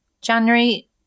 January